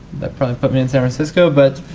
that probably put me in san francisco. but